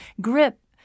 grip